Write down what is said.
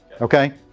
okay